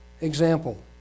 example